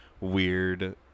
weird